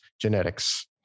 Genetics